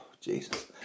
Jesus